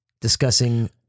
discussing